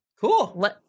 cool